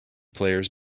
players